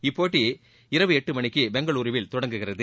இப்போட்டி இரவு எட்டு மணிக்கு பெங்களுருவில் தொடங்குகிறது